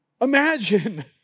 Imagine